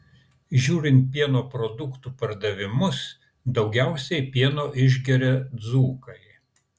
žiūrint pieno produktų pardavimus daugiausiai pieno išgeria dzūkai